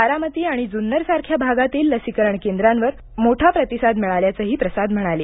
बारामती आणि जुन्नर सारख्या भागातील लसीकरण केंद्रांवर मोठा प्रतिसाद मिळाल्याचंही प्रसाद म्हणाले